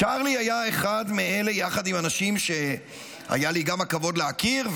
צ'רלי היה אחד מאלה יחד עם אנשים שהיה לי גם הכבוד להכיר,